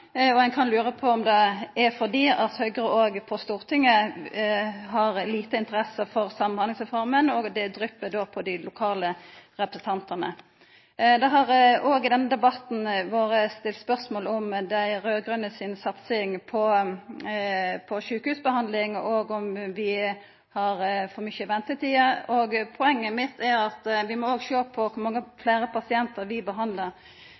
Ein kan lura på om det er fordi Høgre òg på Stortinget har lita interesse for Samhandlingsreforma, og det dryp då på dei lokale representantane. Det har i denne debatten òg vore stilt spørsmål om dei raud-grøne si satsing på sjukehusbehandling og om vi har for lange ventetider. Poenget mitt er at vi òg må sjå på kor mange fleire pasientar vi behandlar.